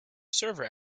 server